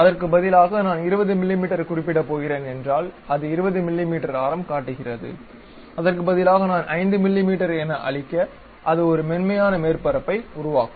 அதற்கு பதிலாக நான் 20 மிமீ குறிப்பிடப் போகிறேன் என்றால் அது 20 மிமீ ஆரம் காட்டுகிறது அதற்கு பதிலாக நான் 5மிமீ என அளிக்க அது ஒரு மென்மையான மேற்பரப்பை உருவாக்கும்